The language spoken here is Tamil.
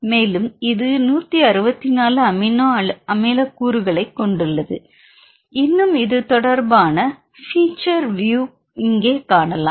மேலும் இது 164 அமினோஅமில கூறுகளைக் கொண்டுள்ளது இன்னும் இது தொடர்பான பீச்சர் வியூ இங்கே காணலாம்